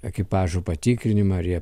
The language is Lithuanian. ekipažo patikrinimą ir jie